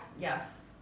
Yes